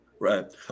Right